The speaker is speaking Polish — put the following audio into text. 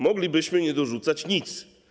Moglibyśmy nie dorzucać nic.